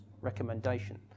recommendation